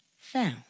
found